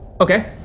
Okay